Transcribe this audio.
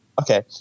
Okay